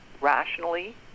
rationally